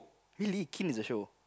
really kin is a show